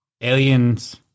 Aliens